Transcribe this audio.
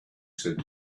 said